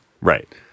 Right